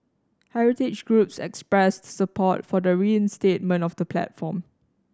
heritage groups expressed support for the reinstatement of the platform